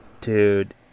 Dude